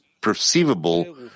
perceivable